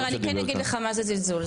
עומר אני כן אגיד לך מה זה זלזול,